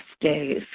days